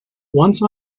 once